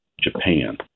Japan